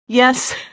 Yes